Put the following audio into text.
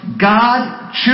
God